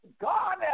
God